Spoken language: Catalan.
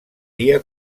dia